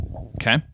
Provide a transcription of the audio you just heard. okay